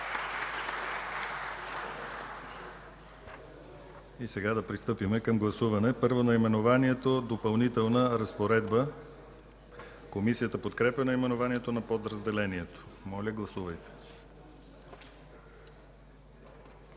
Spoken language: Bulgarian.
Сега да пристъпим към гласуване. Първо, наименованието „Допълнителна разпоредба” – комисията подкрепя наименованието на подразделението. Гласували